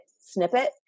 snippet